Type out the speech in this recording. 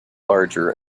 larger